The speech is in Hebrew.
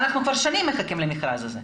אנחנו כבר שנים מחכים למכרז הזה.